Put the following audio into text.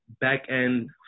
back-end